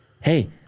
hey